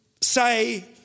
say